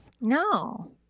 No